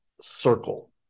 circle